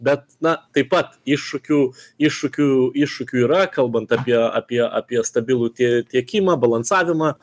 bet na taip pat iššūkių iššūkių iššūkių yra kalbant apie apie apie stabilų tie tiekimą balansavimą